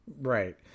Right